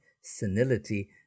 senility